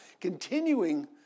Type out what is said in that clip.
continuing